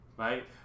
Right